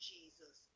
Jesus